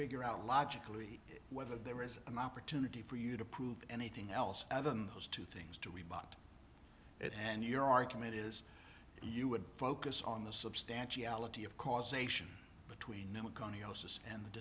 figure out logically whether there is an opportunity for you to prove anything else other than those two things two we bought it and your argument is you would focus on the substantiality of causation between